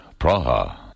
Praha